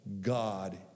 God